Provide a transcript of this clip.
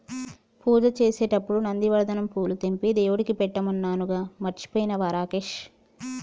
పూజ చేసేటప్పుడు నందివర్ధనం పూలు తెంపి దేవుడికి పెట్టమన్నానుగా మర్చిపోయినవా రాకేష్